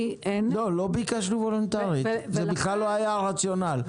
לא ביקשנו וולונטרית, זה בכלל לא היה הרציונל.